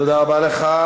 תודה רבה לך.